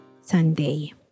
Sunday